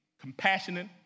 compassionate